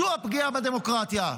זו הפגיעה בדמוקרטיה.